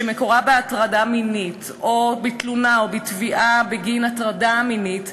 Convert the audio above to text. שמקורה בהטרדה מינית או בתלונה או בתביעה בגין הטרדה מינית,